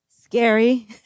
Scary